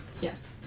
Yes